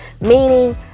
meaning